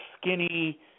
skinny